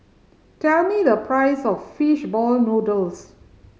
tell me the price of fish ball noodles